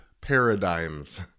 paradigms